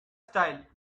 style